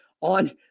on